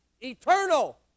eternal